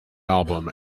album